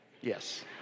Yes